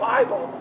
Bible